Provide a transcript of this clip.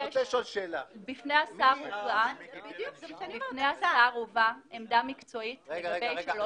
בפני השר הובאה עמדה מקצועית לגבי שלוש שנים.